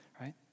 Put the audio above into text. right